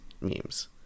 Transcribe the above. memes